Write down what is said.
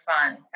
fun